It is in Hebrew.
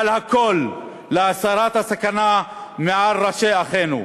אבל הכול, להסרת הסכנה מעל ראשי אחינו.